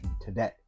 today